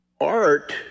art